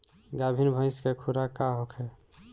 गाभिन भैंस के खुराक का होखे?